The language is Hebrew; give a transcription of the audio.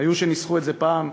היו שניסחו את זה פעם "ייתנו,